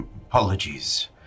Apologies